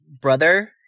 brother